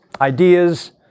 ideas